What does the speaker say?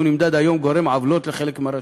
נמדד היום גורם עוולות לחלק מהרשויות.